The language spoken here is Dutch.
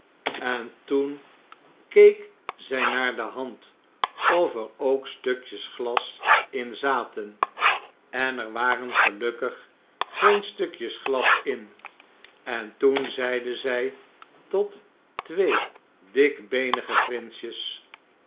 en toen keek zij naar de hand of er k stukjes glas in zaten en er waren gelukb'g geen stukjes glas in en toen zeide zy tot twee dikbeenige prinsjes